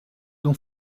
dont